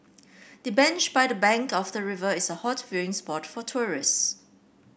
the bench by the bank of the river is a hot viewing spot for tourists